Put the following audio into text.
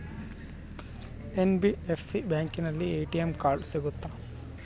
NBFC ಬ್ಯಾಂಕಿನಲ್ಲಿ ATM card ಸಿಗುತ್ತಾ?